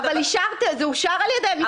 זה אושר על ידי משרד המשפטים.